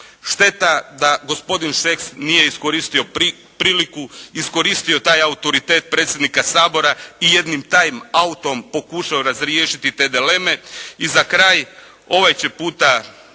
Šteta da gospodin Šeks nije iskoristio priliku, iskoristio taj autoritet predsjednika Sabora i jednim time outom pokušao razriješiti te dileme. I za kraj, ovaj će put